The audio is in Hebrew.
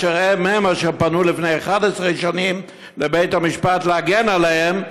אשר הם-הם פנו לפני 11 שנים לבית המשפט שיגן עליהם,